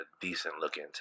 decent-looking